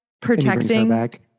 protecting